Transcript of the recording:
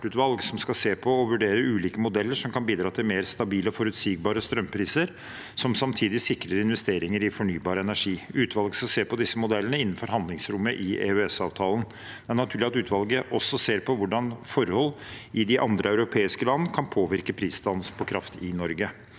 som skal se på og vurdere ulike modeller som kan bidra til mer stabile og forutsigbare strømpriser, og som samtidig sikrer investeringer i fornybar energi. Utvalget skal se på disse modellene innenfor handlingsrommet i EØS-avtalen. Det er naturlig at utvalget også ser på hvordan forhold i de andre europeiske land kan påvirke prisdannelsen på kraft i Norge.